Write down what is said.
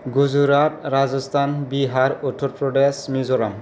Gujarat Rajasthan Bihar Uttar Pradesh Mizoram